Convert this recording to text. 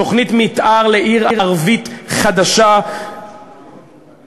תוכנית מתאר לעיר ערבית חדשה בגליל,